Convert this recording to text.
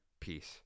Peace